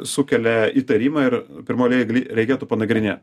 sukelia įtarimą ir pirmoj eilėj gali reikėtų panagrinėt